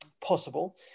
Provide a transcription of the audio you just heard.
possible